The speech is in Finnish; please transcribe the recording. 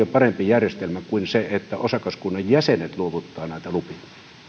parempi järjestelmä kuin se että osakaskunnan jäsenet luovuttavat näitä lupia